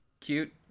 cute